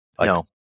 No